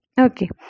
Okay